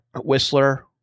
Whistler